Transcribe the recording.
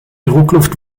druckluft